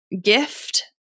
gift